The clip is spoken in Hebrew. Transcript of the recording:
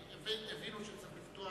כי הבינו שצריך לפתוח